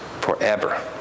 forever